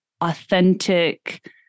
authentic